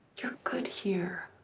you're good here,